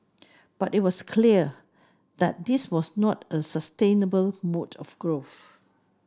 but it was clear that this was not a sustainable mode of growth